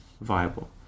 viable